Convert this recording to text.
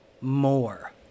More